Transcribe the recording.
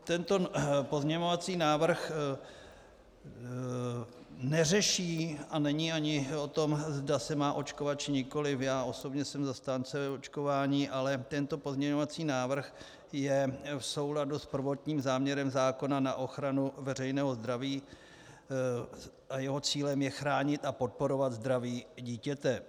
Tento pozměňovací návrh neřeší a není ani o tom, zda se má očkovat, či nikoliv, já osobně jsem zastáncem očkování, ale tento pozměňovací návrh je v souladu s prvotním záměrem zákona na ochranu veřejného zdraví a jeho cílem je chránit a podporovat zdraví dítěte.